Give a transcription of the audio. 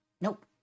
Nope